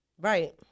Right